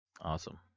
awesome